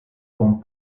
con